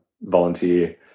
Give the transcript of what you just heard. volunteer